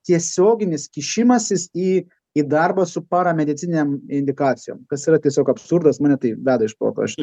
tiesioginis kišimasis į į darbą su paramedicininėm indikacijom kas yra tiesiog absurdas mane tai veda iš proto aš